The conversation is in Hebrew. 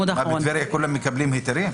בטבריה כולם מקבלים היתרים?